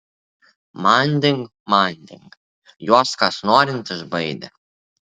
manding manding juos kas norint išbaidė